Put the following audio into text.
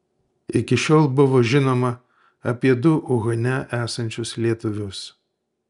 iki šiol buvo žinoma apie du uhane esančius lietuvius